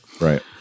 Right